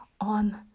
on